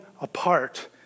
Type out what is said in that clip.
apart